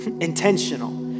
intentional